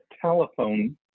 telephone